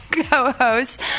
co-host